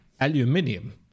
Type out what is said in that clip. aluminium